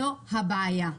אבל לא זאת הבעיה.